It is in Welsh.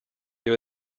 dyw